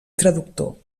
traductor